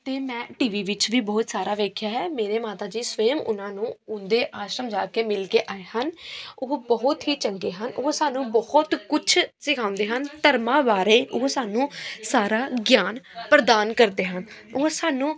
ਅਤੇ ਮੈਂ T V ਵਿੱਚ ਵੀ ਬਹੁਤ ਸਾਰਾ ਵੇਖਿਆ ਹੈ ਮੇਰੇ ਮਾਤਾ ਜੀ ਸਵਯਮ ਉਹਨਾਂ ਨੂੰ ਉਹਨਾਂ ਦੇ ਆਸ਼ਰਮ ਜਾ ਕੇ ਮਿਲ ਕੇ ਆਏ ਹਨ ਉਹ ਬਹੁਤ ਹੀ ਚੰਗੇ ਹਨ ਉਹ ਸਾਨੂੰ ਬਹੁਤ ਕੁਛ ਸਿਖਾਉਂਦੇ ਹਨ ਧਰਮਾਂ ਬਾਰੇ ਉਹ ਸਾਨੂੰ ਸਾਰਾ ਗਿਆਨ ਪ੍ਰਦਾਨ ਕਰਦੇ ਹਨ ਉਹ ਸਾਨੂੰ